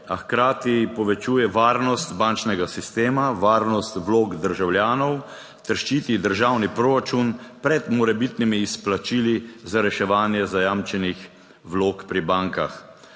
a hkrati povečuje varnost bančnega sistema, varnost vlog državljanov ter ščiti državni proračun pred morebitnimi izplačili za reševanje zajamčenih vlog pri bankah.